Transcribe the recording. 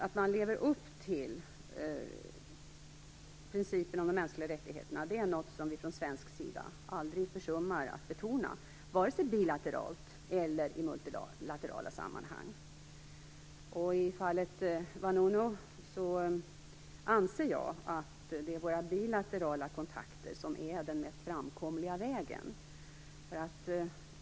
Att man lever upp till principen om de mänskliga rättigheterna är något som vi från svensk sida aldrig försummar att betona vikten av - vare sig bilateralt eller i multilaterala sammanhang. I fallet Vanunu anser jag att det är våra bilaterala kontakter som är den mest framkomliga vägen.